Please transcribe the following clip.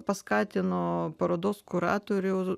paskatino parodos kuratorių